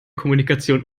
kommunikation